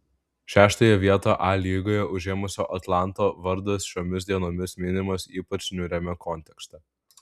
šeštąją vietą a lygoje užėmusio atlanto vardas šiomis dienomis minimas ypač niūriame kontekste